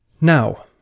Now